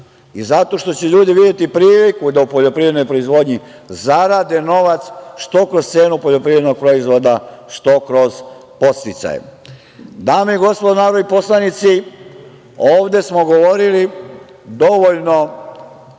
i zato što će ljudi videti priliku da u poljoprivrednoj proizvodnji zarade novac, što kroz cenu poljoprivrednog proizvoda, što kroz podsticaje. Dame i gospodo narodni poslanici, ovde smo govorili dovoljno